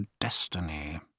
destiny